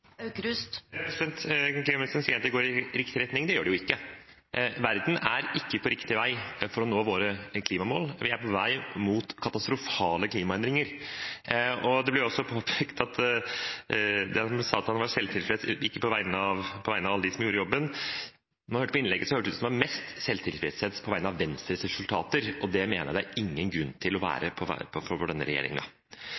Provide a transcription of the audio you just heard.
Klimaministeren sier at det går i riktig retning – det gjør det jo ikke. Verden er ikke på riktig vei for at vi skal nå våre klimamål – vi er på vei mot katastrofale klimaendringer. Han sa at han var tilfreds på vegne av alle dem som gjorde jobben, men når man hørte på innlegget, hørtes det ut som om det var mest selvtilfredshet på vegne av Venstres resultater. Det mener jeg det ikke er noen grunn for denne regjeringen til å